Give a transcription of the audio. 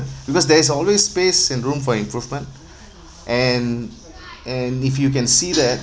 because there is always space and room for improvement and and if you can see that